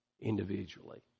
individually